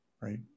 right